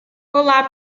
olá